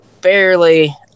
barely